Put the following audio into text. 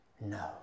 no